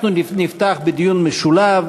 אנחנו נפתח בדיון משולב.